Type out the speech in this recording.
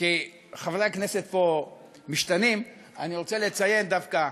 כי חברי הכנסת פה משתנים, אני רוצה לציין דווקא,